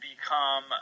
become